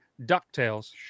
Ducktales